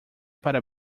para